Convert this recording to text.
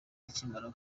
akimara